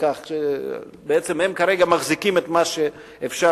כך שהם בעצם עכשיו מחזיקים את מה שאפשר,